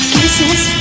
Kisses